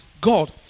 God